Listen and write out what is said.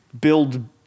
build